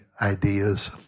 ideas